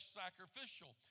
sacrificial